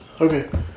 okay